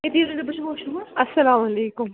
اَسَلام وعلیکُم